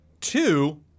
Two